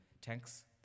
tanks